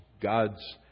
God's